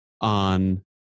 on